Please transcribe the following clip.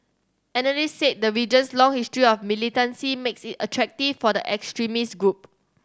analysts said the region's long history of militancy makes it attractive for the extremist group